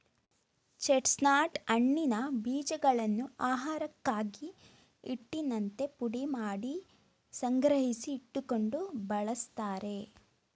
chestnut ಹಣ್ಣಿನ ಬೀಜಗಳನ್ನು ಆಹಾರಕ್ಕಾಗಿ, ಹಿಟ್ಟಿನಂತೆ ಪುಡಿಮಾಡಿ ಸಂಗ್ರಹಿಸಿ ಇಟ್ಟುಕೊಂಡು ಬಳ್ಸತ್ತರೆ